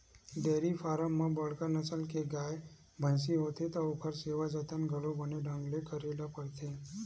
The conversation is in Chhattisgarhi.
डेयरी फारम म बड़का नसल के गाय, भइसी होथे त ओखर सेवा जतन घलो बने ढंग ले करे ल परथे